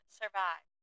survive